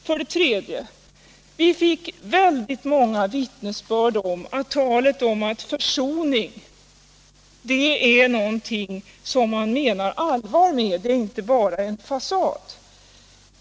För det tredje: Vi fick väldigt många vittnesbörd om att talet om försoning är någonting som man menar allvar med; det är inte bara en fasad.